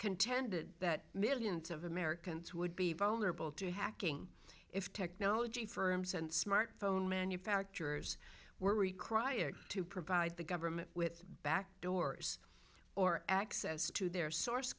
contended that millions of americans would be vulnerable to hacking if technology firms and smartphone manufacturers were required to provide the government with back doors or access to their source